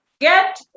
get